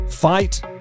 Fight